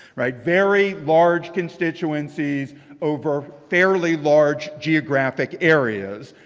right? very large constituencies over fairly large geographic areas.